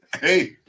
Hey